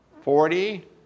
Forty